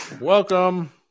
Welcome